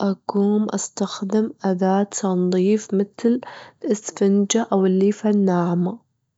أقوم استخدم أداة تنضيف متل أسفنجة أو الليفة الناعمة.